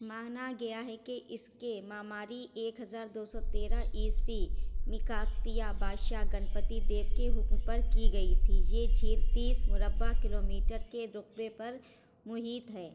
مانا گیا ہے کہ اس کے معماری ایک ہزار دو سو تیرہ عیسوی میکاکتیہ بادشاہ گنپتی دیو کے حکم پر کی گئی تھی یہ جھیل تیس مربع کلو میٹر کے رقبے پر محیط ہے